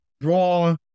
draw